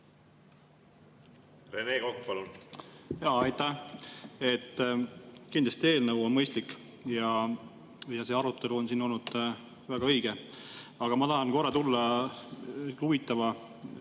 Rene Kokk, palun! Aitäh! Kindlasti eelnõu on mõistlik ja see arutelu siin on olnud väga õige. Aga ma tahan korra tulla huvitava